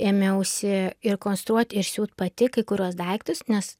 ėmiausi ir konstruoti ir siūti pati kai kuriuos daiktus nes